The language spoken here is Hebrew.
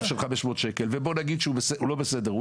של 500 שקלים ובואו נגיד שהוא לא בסדר,